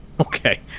Okay